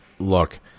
Look